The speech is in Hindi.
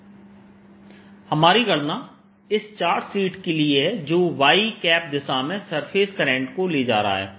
Ax0y0z004πyKδzx2y2z z2dxdydz हमारी गणना इस चार्ज शीट के लिए है जो कि y दिशा में सरफेस करंट को ले जा रहा है